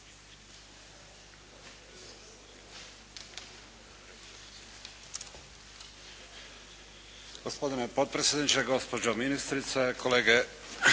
Gospodine potpredsjedniče, gospođo ministrice, kolege